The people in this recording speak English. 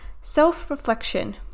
self-reflection